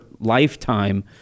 lifetime